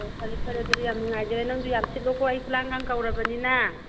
ꯑꯣ ꯐꯔꯦ ꯐꯔꯦ ꯑꯗꯨꯗꯤ ꯌꯥꯝ ꯅꯨꯡꯉꯥꯏꯖꯔꯦ ꯅꯪꯁꯨ ꯌꯥꯝ ꯁꯤꯠꯂꯣꯀꯣ ꯑꯩ ꯈꯨꯂꯥꯡꯈꯥ ꯀꯧꯔꯕꯅꯤꯅ